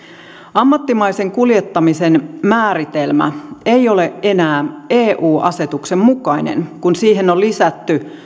ammattimaisen kuljettamisen määritelmä ei ole enää eu asetuksen mukainen kun siihen on lisätty